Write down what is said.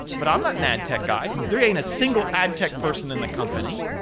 but i'm not an ad tech guy. there ain't a single ad tech person in the company.